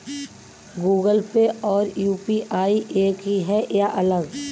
Google Pay और UPI एक ही है या अलग?